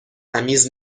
تمیز